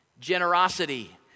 Generosity